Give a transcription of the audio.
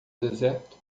deserto